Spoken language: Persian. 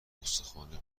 گستاخانه